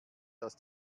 dass